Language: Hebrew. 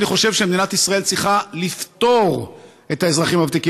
אני חושב שמדינת ישראל צריכה לפטור את האזרחים הוותיקים,